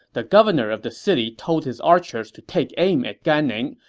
the governor of the city told his archers to take aim at gan ning,